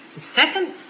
Second